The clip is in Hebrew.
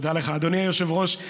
תודה לך, אדוני היושב-ראש.